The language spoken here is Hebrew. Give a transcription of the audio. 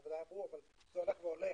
זה הולך ועולה,